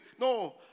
No